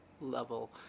level